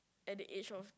at the age of